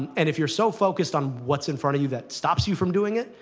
and if you're so focused on what's in front of you that stops you from doing it,